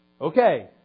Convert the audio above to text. Okay